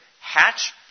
hatch